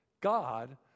God